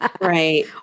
Right